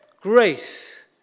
grace